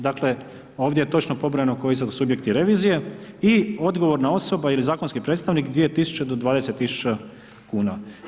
Dakle ovdje je točno pobrojano koji su to subjekti revizije i odgovorna osoba ili zakonski predstavnik 2000 do 20 000 kn.